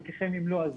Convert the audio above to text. חלקכם אם לא,